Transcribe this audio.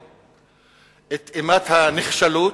את אימת הנחשלות,